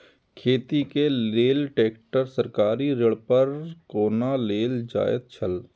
खेती के लेल ट्रेक्टर सरकारी ऋण पर कोना लेल जायत छल?